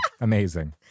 amazing